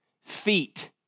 feet